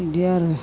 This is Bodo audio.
बिदि आरो